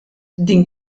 din